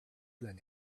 than